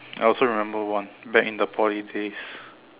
I also remember one back in the Poly days